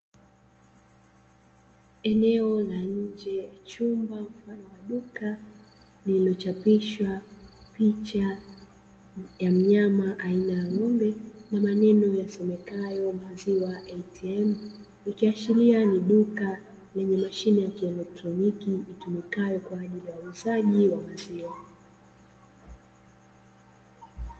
Eneo la nje ya chumba mfano wa duka lililochapishwa picha ya mnyama aina ya ng'ombe na maneno yasomekayo "maziwa ATM." Ikiashiria ni duka lenye mashine ya kielektroniki itumikayo kwa ajili ya uuzaji wa maziwa.